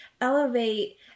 elevate